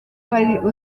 hari